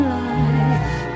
life